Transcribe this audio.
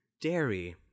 Dairy